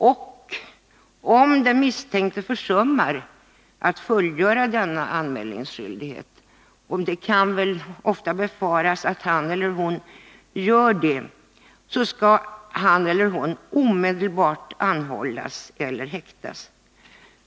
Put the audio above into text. Och om den misstänkte försummar att fullgöra denna anmälningsskyldighet — och det kan väl ofta befaras att han eller hon gör det — så skall han eller hon omedelbart anhållas eller häktas.